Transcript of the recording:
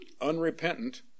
unrepentant